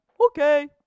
okay